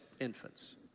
infants